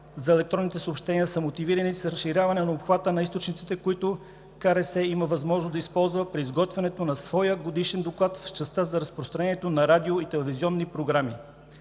за електронните съобщения са мотивирани с разширяване на обхвата на източниците, които Комисията за регулиране на съобщенията има възможност да използва при изготвянето на своя годишен доклад в частта за разпространението на радио- и телевизионни програми.